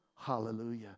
Hallelujah